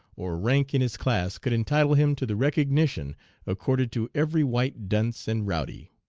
or rank in his class could entitle him to the recognition accorded to every white dunce and rowdy.